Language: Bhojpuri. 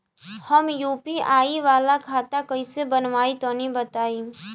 हम यू.पी.आई वाला खाता कइसे बनवाई तनि बताई?